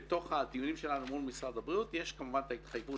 בתוך הדיונים שלנו מול משרד הבריאות יש כמובן את ההתחייבות